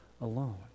alone